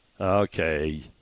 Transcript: Okay